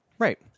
Right